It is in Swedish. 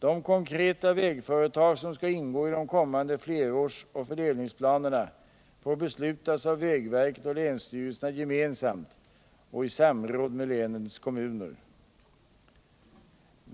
De konkreta vägföretag som skall ingå i de kommande flerårsoch fördelningsplanerna får beslutas av vägverket och länsstyrelserna gemensamt och i samråd med länens kommuner.